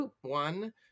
one